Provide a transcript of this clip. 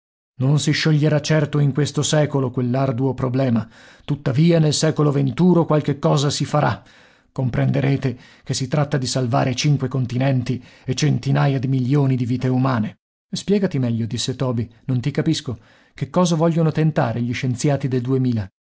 non si scioglierà certo in questo secolo quell'arduo problema tuttavia nel secolo venturo qualche cosa si farà comprenderete che si tratta di salvare cinque continenti e centinaia di milioni di vite umane spiegati meglio disse toby non ti capisco che cosa vogliono tentare gli scienziati del duemila